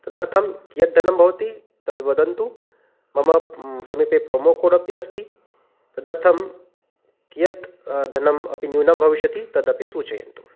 तदर्थं कियद्धनं भवति तद्वदन्तु मम समीपे प्रोमो कोड् अपि अस्ति तदर्थं कियत् धनम् अपि न्यूनं भविष्यति तदपि सूचयन्तु